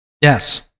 Yes